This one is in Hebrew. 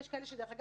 ויש כאלה שכלום,